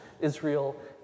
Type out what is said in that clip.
Israel